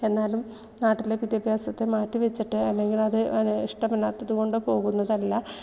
എന്നാലും നാട്ടിലെ വിദ്യാഭ്യാസത്തെ മാറ്റിവെച്ചിട്ട് അല്ലെങ്കിൽ അത് ഇഷ്ട്ടമില്ലാത്തതു കൊണ്ട് പോകുന്നതല്ല